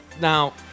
Now